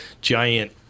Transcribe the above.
giant